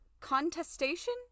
contestation